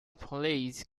palace